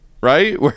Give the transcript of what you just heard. right